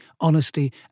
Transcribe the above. honesty